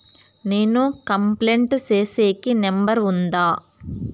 నేను కంప్లైంట్ సేసేకి నెంబర్ ఉందా?